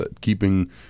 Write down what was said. keeping